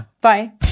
Bye